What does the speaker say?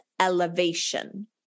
elevation